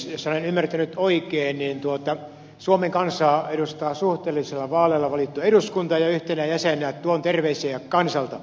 jos olen ymmärtänyt oikein niin suomen kansaa edustaa suhteellisilla vaaleilla valittu eduskunta ja yhtenä jäsenenä tuon terveisiä kansalta